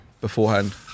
beforehand